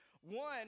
One